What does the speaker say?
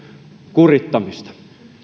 kurittamisesta